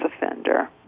offender